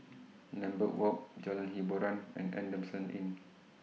Lambeth Walk Jalan Hiboran and Adamson Inn